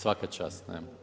Svaka čast.